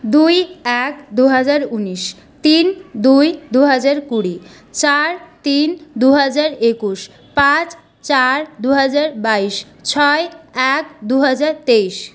দুই এক দুহাজার উনিশ তিন দুই দুহাজার কুড়ি চার তিন দুহাজার একুশ পাঁচ চার দুহাজার বাইশ ছয় এক দুহাজার তেইশ